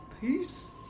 Peace